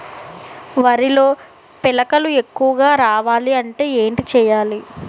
వరిలో పిలకలు ఎక్కువుగా రావాలి అంటే ఏంటి చేయాలి?